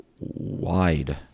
wide